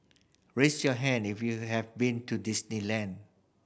raise your hand if you have been to Disneyland